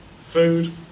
food